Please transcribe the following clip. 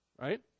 right